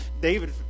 David